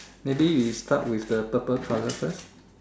maybe we start with the purple color first